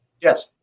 yes